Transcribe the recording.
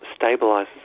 stabilizes